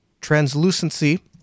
translucency